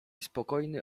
spokojny